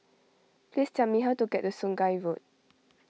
please tell me how to get to Sungei Road